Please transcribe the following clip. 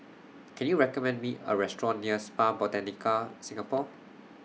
Can YOU recommend Me A Restaurant near Spa Botanica Singapore